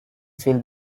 feel